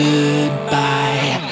Goodbye